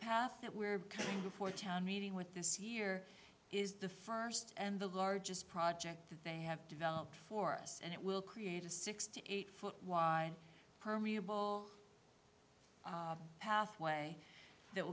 that we're coming before town meeting with this year is the first and the largest project that they have developed for us and it will create a six to eight foot wide permeable pathway that